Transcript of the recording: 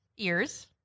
Ears